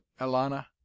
Elana